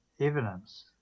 evidence